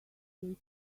gate